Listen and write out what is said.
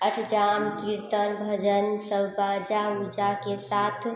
अष्टयाम कीर्तन भजन सब बाजा उजा के साथ